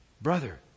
Brother